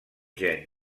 gen